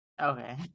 Okay